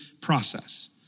process